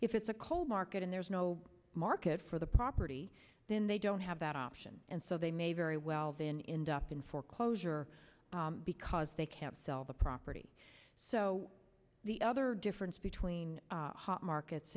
if it's a cold market and there's no market for the property then they don't have that option and so they may very well been in foreclosure because they can't sell the property so the other difference between hot markets